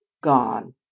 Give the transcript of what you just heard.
gone